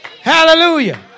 Hallelujah